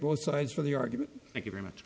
both sides of the argument thank you very much